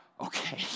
okay